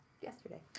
Yesterday